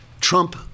Trump